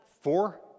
Four